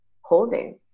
holding